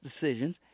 decisions